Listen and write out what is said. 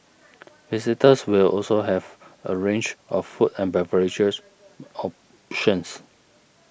visitors will also have a range of food and beverages options